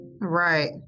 Right